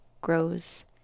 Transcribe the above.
grows